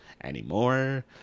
anymore